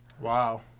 Wow